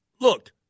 look